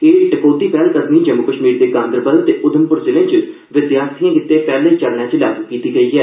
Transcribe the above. एह् टकोह्दी पैहलकदमी जम्मू कश्मीर दे गांदरबल ते उधमप्र जिलें च विद्यार्थिएं गितै पैहले चरणै च लागू कीती गेई ऐ